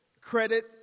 credit